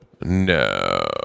No